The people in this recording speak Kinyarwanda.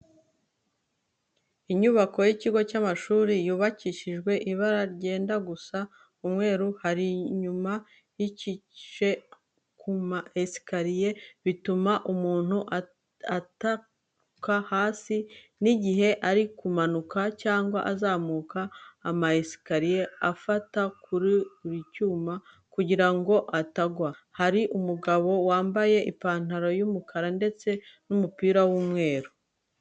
Inyubako y'ikigo cy'amashuri yubakishijwe ibara ryenda gusa umweru, hari imyuma biyicyikije kuma esikariye bituma umuntu atakitura hasi, nigihe ari kumanuka cyangwa azamuka ama esikariye afata kuri ibi nyuma kugira ngo atangwa. Hari umugabo wambaye ipantaro y'umukara ndetse n'umupira w'umweru.